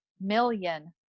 million